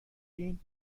این